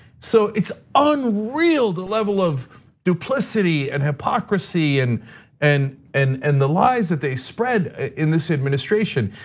so, it's unreal the level of complicity and hypocrisy and and and and the lies that they spread in this administration.